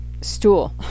stool